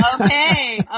Okay